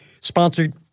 sponsored